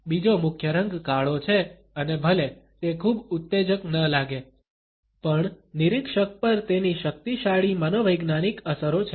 બીજો મુખ્ય રંગ કાળો છે અને ભલે તે ખૂબ ઉત્તેજક ન લાગે પણ નિરીક્ષક પર તેની શક્તિશાળી મનોવૈજ્ઞાનિક અસરો છે